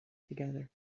together